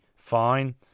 fine